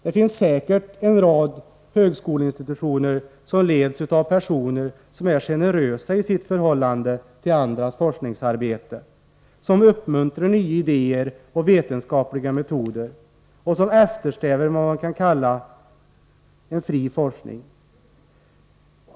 Det finns säkert en rad högskoleinstitutioner som leds av personer som är generösa i sitt förhållande till andras forskningsarbete, som uppmuntrar nya idéer och vetenskapliga metoder och som eftersträvar vad man kan kalla för en fri forskning.